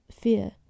fear